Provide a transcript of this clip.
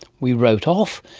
we wrote off,